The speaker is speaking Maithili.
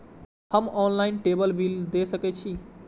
हम ऑनलाईनटेबल बील दे सके छी?